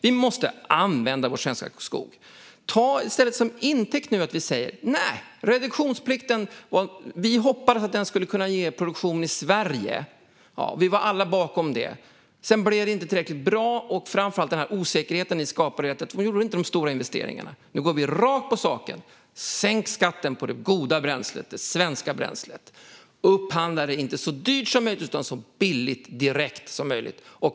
Vi måste använda vår svenska skog. Ta i stället som intäkt nu att vi hoppades att reduktionsplikten skulle ge produktion i Sverige. Vi var alla bakom det. Sedan blev det inte tillräckligt bra, och framför allt blev det en osäkerhet eftersom ni inte gjorde de stora investeringarna. Nu går vi rakt på sak: Sänk skatten på det goda bränslet, det svenska bränslet, upphandla det inte så dyrt som möjligt utan så billigt som möjligt.